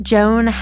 Joan